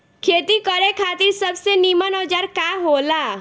खेती करे खातिर सबसे नीमन औजार का हो ला?